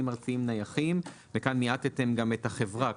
ארציים נחיים וכאן מיעטתם גם את החברה,